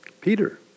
Peter